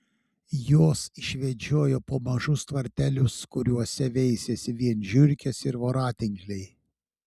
juos išvedžiojo po mažus tvartelius kuriuose veisėsi vien žiurkės ir voratinkliai